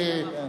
כן.